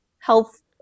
Health